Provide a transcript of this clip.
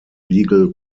legal